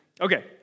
Okay